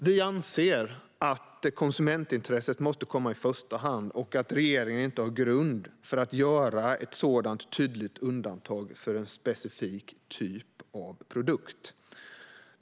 Vi anser att konsumentintresset måste komma i första hand och att regeringen inte har grund för att göra ett sådant tydligt undantag för en specifik typ av produkt.